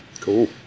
Cool